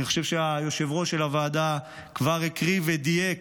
אני חושב שהיושב-ראש של הוועדה כבר הקריא ודייק